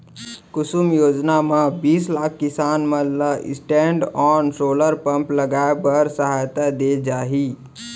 कुसुम योजना म बीस लाख किसान मन ल स्टैंडओन सोलर पंप लगाए बर सहायता दे जाही